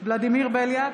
ולדימיר בליאק,